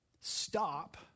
stop